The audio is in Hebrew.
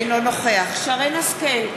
אינו נוכח שרן השכל,